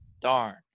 Darn